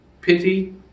pity